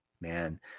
man